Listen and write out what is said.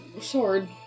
sword